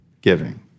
giving